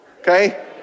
okay